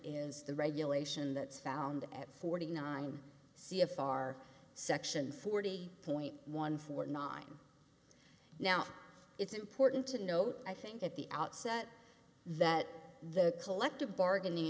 is the regulation that's found at forty nine c f r section forty point one for non now it's important to note i think at the outset that the collective bargaining